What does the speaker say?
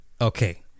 okay